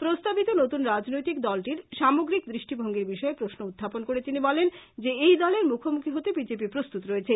প্রস্তাবিত নতুন রাজনৈতিক দলটির সামগ্রীক দৃষ্টিভঙ্গীর বিষয়ে প্রশ্ন উখাপন করে তিনি বলেন যে এই দলের মুখোমুখি হতে বিজেপি প্রস্তুত রয়েছে